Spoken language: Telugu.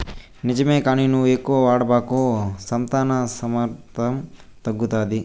నిజమే కానీ నువ్వు ఎక్కువగా వాడబాకు సంతాన సామర్థ్యం తగ్గుతాది